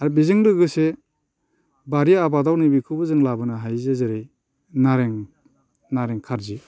आरो बेजों लोगोसे बारि आबादाव नैबेखौबो जों लाबोनो हायो जे जेरै नारें खारजि